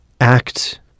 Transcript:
act